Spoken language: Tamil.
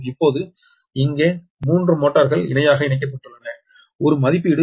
இப்போது இங்கே மூன்று மோட்டார்கள் இணையாக இணைக்கப்பட்டுள்ளன ஒரு மதிப்பீடு 40 MVA மற்றும் Xm1 0